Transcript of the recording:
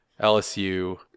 LSU